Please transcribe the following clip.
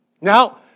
Now